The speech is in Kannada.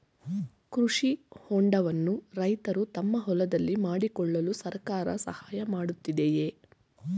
ಕೃಷಿ ಹೊಂಡವನ್ನು ರೈತರು ತಮ್ಮ ಹೊಲದಲ್ಲಿ ಮಾಡಿಕೊಳ್ಳಲು ಸರ್ಕಾರ ಸಹಾಯ ಮಾಡುತ್ತಿದೆಯೇ?